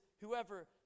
whoever